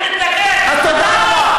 אני מתנגד, אתה לא.